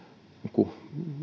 kun